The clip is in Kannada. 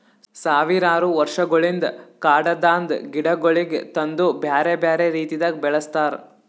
ಸಾವಿರಾರು ವರ್ಷಗೊಳಿಂದ್ ಕಾಡದಾಂದ್ ಗಿಡಗೊಳಿಗ್ ತಂದು ಬ್ಯಾರೆ ಬ್ಯಾರೆ ರೀತಿದಾಗ್ ಬೆಳಸ್ತಾರ್